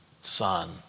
son